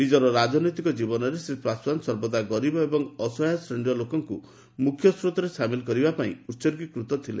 ନିଜର ରାଜନୈତିକ ଜୀବନରେ ଶ୍ରୀ ପାଶ୍ୱାନ ସର୍ବଦା ଗରିବ ଏବଂ ଅସହାୟ ଶ୍ରେଶୀର ଲୋକଙ୍କୁ ମୁଖ୍ୟସ୍ରୋତରେ ସାମିଲ କରିବା ପାଇଁ ଉସର୍ଗୀକୃତ ଥିଲେ